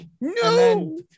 No